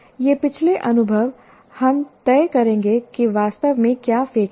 यह पिछले अनुभव हम तय करेंगे कि वास्तव में क्या फेंकना है